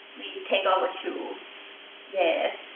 we take off the shoe yes.